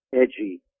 edgy